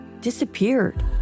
disappeared